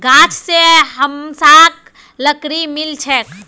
गाछ स हमसाक लकड़ी मिल छेक